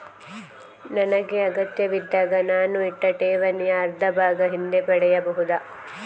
ನನಗೆ ಅಗತ್ಯವಿದ್ದಾಗ ನಾನು ಇಟ್ಟ ಠೇವಣಿಯ ಅರ್ಧಭಾಗ ಹಿಂದೆ ಪಡೆಯಬಹುದಾ?